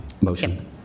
motion